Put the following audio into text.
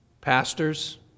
pastors